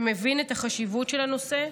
שמבין את החשיבות של הנושא.